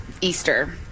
Easter